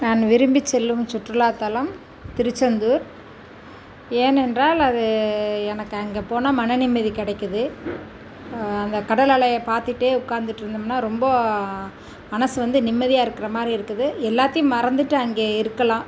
நான் விரும்பிச் செல்லும் சுற்றுலாத் தலம் திருச்செந்தூர் ஏனென்றால் அது எனக்கு அங்கே போனால் மனநிம்மதி கிடைக்கிது அந்தக் கடல் அலையை பார்த்துட்டே உட்காந்துட்ருந்தோம்னா ரொம்ப மனது வந்து நிம்மதியாக இருக்கிற மாதிரி இருக்குது எல்லாத்தையும் மறந்துட்டு அங்கே இருக்கலாம்